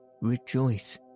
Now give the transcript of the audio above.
Rejoice